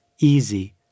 easy